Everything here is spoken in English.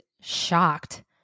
shocked